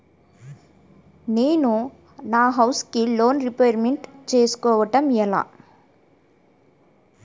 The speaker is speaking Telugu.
నేను నా హౌసిగ్ లోన్ రీపేమెంట్ చేసుకోవటం ఎలా?